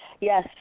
Yes